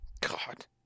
God